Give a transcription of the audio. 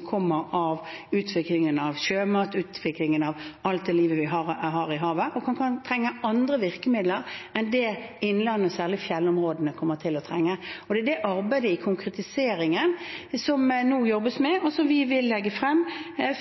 kommer av utviklingen av sjømat, utviklingen av alt det livet vi har i havet, og at man kan trenge andre virkemidler enn det innlandet, og særlig fjellområdene, kommer til å trenge. Det er konkretiseringen av det arbeidet som det nå jobbes med, og som vi etter alle solemerker vil legge frem